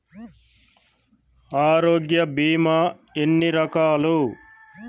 ఆరోగ్య బీమా ఎన్ని రకాలు?